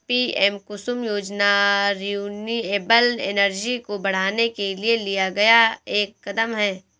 PM Kusum योजना renewable energy को बढ़ाने के लिए लिया गया एक कदम है